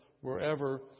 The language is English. wherever